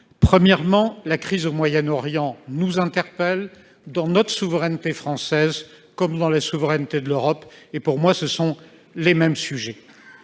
Premièrement, la crise au Moyen-Orient nous interpelle dans notre souveraineté française, comme dans notre souveraineté européenne. Pour moi, ce sont les mêmes sujets.